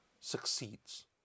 succeeds